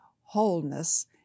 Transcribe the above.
wholeness